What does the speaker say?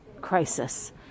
crisis